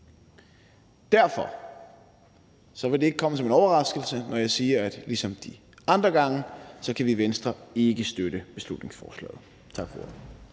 Derfor vil det ikke komme som en overraskelse, når jeg siger, at ligesom de andre gange kan vi i Venstre ikke støtte beslutningsforslaget. Tak for ordet.